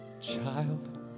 Child